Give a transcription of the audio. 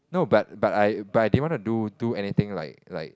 no but but I but I didn't wanna do do anything like like